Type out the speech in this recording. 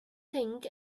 think